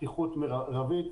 פתיחות מרבית.